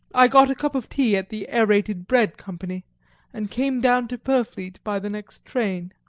i got a cup of tea at the aerated bread company and came down to purfleet by the next train.